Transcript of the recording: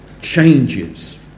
changes